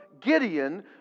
Gideon